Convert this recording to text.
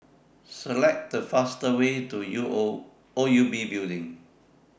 Select The fastest Way to O U B Building